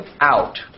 out